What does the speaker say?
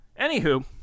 anywho